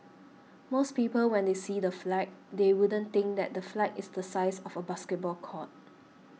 most people when they see the flag they wouldn't think that the flag is the size of a basketball court